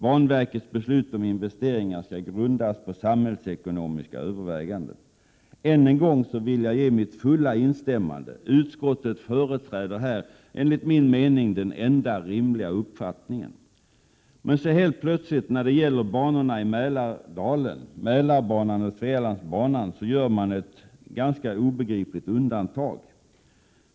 Banverkets beslut om investeringar skall grundas på samhällsekonomiska överväganden.” Än en gång vill jag ge mitt fulla instämmande. Utskottet företräder här enligt min mening den enda rimliga uppfattningen. Men så helt plötsligt, när det gäller banorna i Mälardalen, Mälarbanan och Svealandsbanan, gör man ett ganska obegripligt undantag.